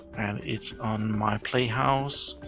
and it's on my playhouse.